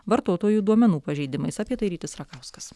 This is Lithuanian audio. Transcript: vartotojų duomenų pažeidimais apie tai rytis rakauskas